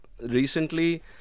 recently